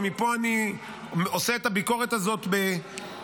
ומפה אני עושה את הביקורת הזאת בעדינות,